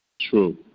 true